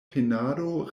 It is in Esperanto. penado